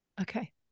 Okay